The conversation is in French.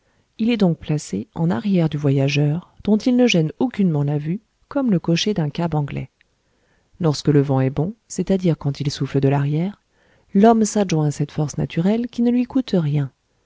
il est donc placé en arrière du voyageur dont il ne gêne aucunement la vue comme le cocher d'un cab anglais lorsque le vent est bon c'est-à-dire quand il souffle de l'arrière l'homme s'adjoint cette force naturelle qui ne lui coûte rien